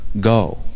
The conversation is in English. go